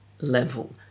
level